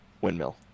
windmill